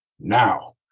now